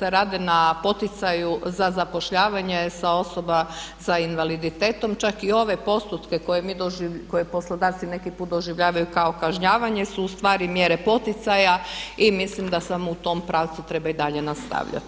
rade na poticaju za zapošljavanje osoba sa invaliditetom, čak i ove postotke koje poslodavci neki put doživljavaju kao kažnjavanje su ustvari mjere poticaja i mislim da samo u tom pravcu treba i dalje nastavljati.